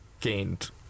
gained